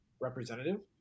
representative